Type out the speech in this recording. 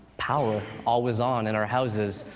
power always on in our houses,